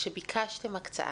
כשביקשתם הקצאה,